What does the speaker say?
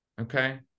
Okay